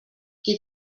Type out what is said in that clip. qui